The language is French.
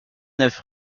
neuf